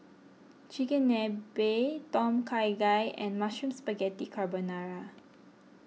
Chigenabe Tom Kha Gai and Mushroom Spaghetti Carbonara